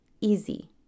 easy